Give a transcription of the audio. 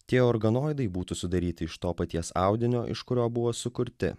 tie organoidai būtų sudaryti iš to paties audinio iš kurio buvo sukurti